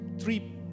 three